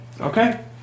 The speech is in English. Okay